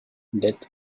death